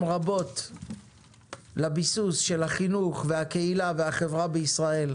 רבות לביסוס של החינוך והקהילה והחברה בישראל.